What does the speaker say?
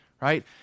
right